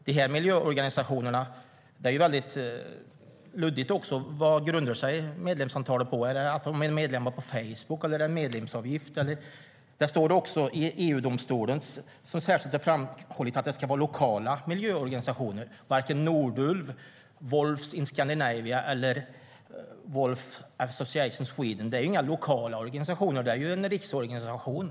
Det är luddigt vad dessa miljöorganisationers medlemsantal grundar sig på, om det är på antalet medlemmar på Facebook eller på medlemsavgifter. Enligt EU-domstolen ska det vara lokala miljöorganisationer. Varken Nordulv, Wolves in Scandinavia eller Wolf Association Sweden är några lokala organisationer, utan de är riksorganisationer.